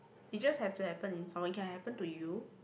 it just have to happen in someone it can happen to you